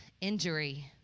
injury